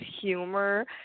humor